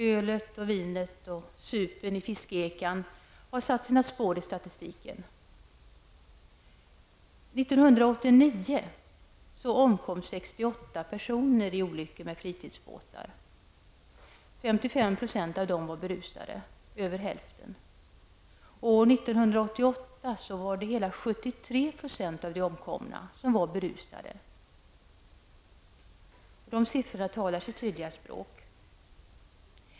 Men ölet, vinet och supen i fiskeekan har satt i sina spår i statistiken. 1989 omkom 68 personer i samband med olyckor med fritidsbåtar. 55 % av dessa personer, dvs. över hälften, var berusade. År 1988 var det så mycket som 73 % av de omkomna som var berusade. Dessa siffror talar sitt tydliga språk.